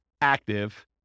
active